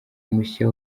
mushya